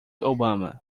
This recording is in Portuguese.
obama